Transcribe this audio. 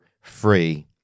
free